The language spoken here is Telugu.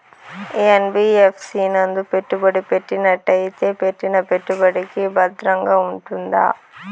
యన్.బి.యఫ్.సి నందు పెట్టుబడి పెట్టినట్టయితే పెట్టిన పెట్టుబడికి భద్రంగా ఉంటుందా?